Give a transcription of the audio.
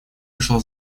вышла